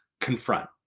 confront